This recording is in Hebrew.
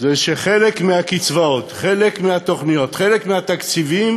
שחלק מהקצבאות, חלק מהתוכניות, חלק מהתקציבים,